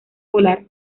volar